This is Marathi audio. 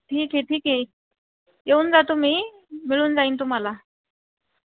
ठीक आहे ठीक आहे येऊन जा तुम्ही मिळून जाईल तुम्हाला